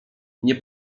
nie